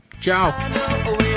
Ciao